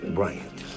Bryant